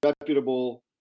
reputable